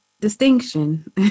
distinction